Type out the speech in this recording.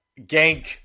gank